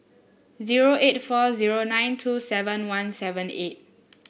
zero eight four zero nine two seven one seven eight